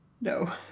No